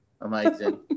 Amazing